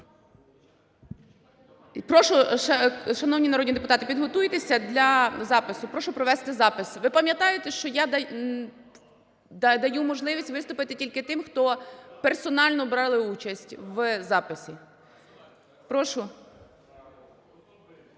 Прошу, шановні народні депутати, підготуйтеся для запису. Прошу провести запис. Ви пам'ятаєте, що я даю можливість виступити тільки тим, хто персонально брали участь в записі. Прошу.